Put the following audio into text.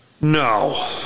No